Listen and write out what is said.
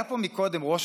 בריון,